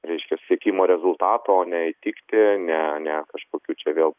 reiškias siekimo rezultato o ne įtikti ne ne kažkokių čia vėl